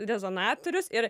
rezonatorius ir